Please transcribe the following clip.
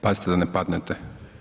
Pazite da ne padnete.